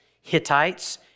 Hittites